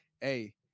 hey